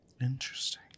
Interesting